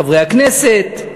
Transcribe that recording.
חברי הכנסת,